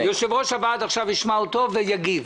יושב-ראש הוועד עכשיו ישמע אותו ואחר כך יגיב.